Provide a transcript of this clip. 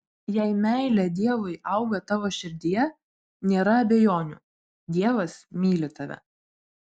jei meilė dievui auga tavo širdyje nėra abejonių dievas myli tave